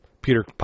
Peter